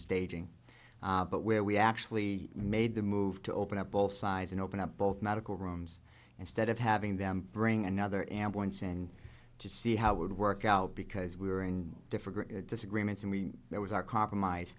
staging but where we actually made the move to open up both sides and open up both medical rooms instead of having them bring another ambulance and to see how it would work out because we were in different disagreements and we that was our compromise